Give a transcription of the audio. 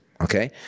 okay